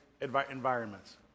environments